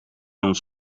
ons